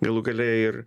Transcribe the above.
galų gale ir